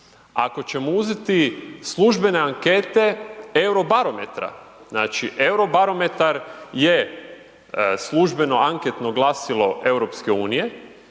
ako ćemo uzeti službene ankete Eurobarometra, znači Eurobarometar je službeno anketno glasilo EU i